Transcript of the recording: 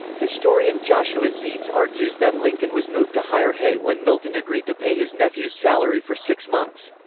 historian joshua zeitz argues that lincoln was moved to hire hay when milton agreed to pay his nephew's salary for six months.